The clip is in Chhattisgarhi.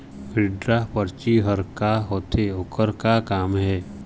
विड्रॉ परची हर का होते, ओकर का काम हे?